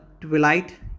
twilight